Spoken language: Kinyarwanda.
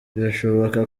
birashoboka